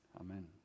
Amen